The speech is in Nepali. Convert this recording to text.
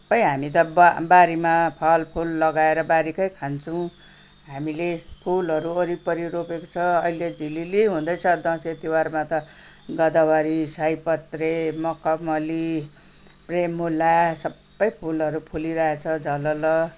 सबै हामी त बारीमा फलफुल लगाएर बारीकै खान्छौँ हामीले फुलहरू वरिपरि रोपेको छ अहिले झिलिली हुँदैछ दसैँ तिहारमा त गोदावरी सयपत्री मखमली प्रेमुला सबै फुलहरू फुलिरहेछ झलल